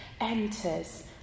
enters